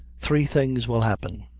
three things will happen.